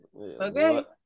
okay